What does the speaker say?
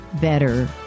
better